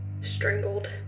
strangled